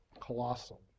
colossal